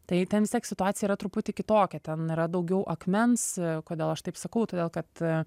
tai ten vis tiek situacija yra truputį kitokia ten yra daugiau akmens kodėl aš taip sakau todėl kad